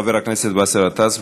חבר הכנסת באסל גטאס,